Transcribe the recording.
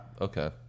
Okay